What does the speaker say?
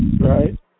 right